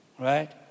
Right